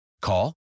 Call